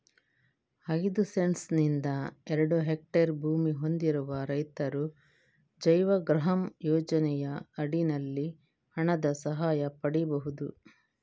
ಐದು ಸೆಂಟ್ಸ್ ನಿಂದ ಎರಡು ಹೆಕ್ಟೇರ್ ಭೂಮಿ ಹೊಂದಿರುವ ರೈತರು ಜೈವಗೃಹಂ ಯೋಜನೆಯ ಅಡಿನಲ್ಲಿ ಹಣದ ಸಹಾಯ ಪಡೀಬಹುದು